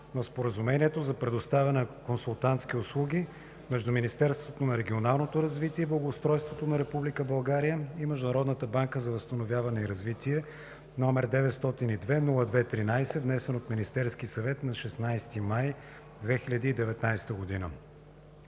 на Споразумението за предоставяне на консултантски услуги между Министерството на регионалното развитие и благоустройството на Република България и Международната банка за възстановяване и развитие, № 902-02-13, внесен от Министерския съвет на 16 май 2019 г.